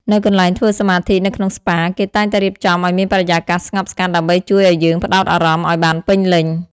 នៅកន្លែងធ្វើសមាធិនៅក្នុងស្ប៉ា គេតែងតែរៀបចំឲ្យមានបរិយាកាសស្ងប់ស្ងាត់ដើម្បីជួយយើងឱ្យផ្តោតអារម្មណ៍ឱ្យបានពេញលេញ។